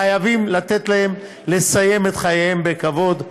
חייבים לתת להם לסיים את חייהם בכבוד,